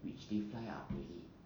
which they fly up already